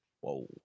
whoa